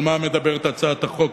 על מה מדברת הצעת החוק?